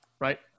right